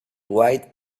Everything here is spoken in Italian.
white